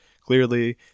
clearly